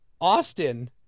Austin